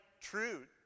true